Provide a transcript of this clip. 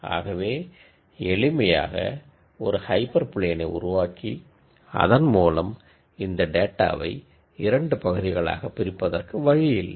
ஆகவே எளிமையாக ஒரு ஹைப்பர் பிளேனை உருவாக்கி அதன்மூலம் இந்த டேட்டாவை இரண்டு ரீஜன்களாக கிளாஸ்ஸிஃபை செய்வதற்கு வழியில்லை